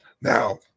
now